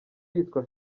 yitwa